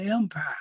Empire